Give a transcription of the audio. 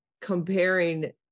comparing